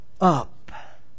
up